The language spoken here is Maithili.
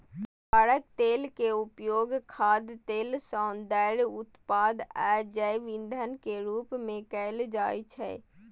ताड़क तेल के उपयोग खाद्य तेल, सौंदर्य उत्पाद आ जैव ईंधन के रूप मे कैल जाइ छै